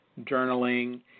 journaling